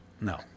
No